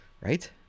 Right